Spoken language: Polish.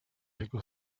jego